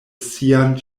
sian